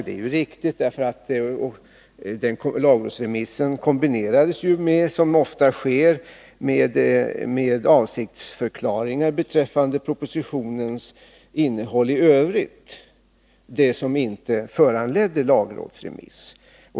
Det är riktigt. Lagrådsremissen kombinerades ju, som ofta sker, med avsiktsförklaringar beträffande propositionens innehåll i övrigt, alltså det som inte föranledde lagrådsremiss.